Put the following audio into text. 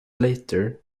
later